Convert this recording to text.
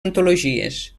antologies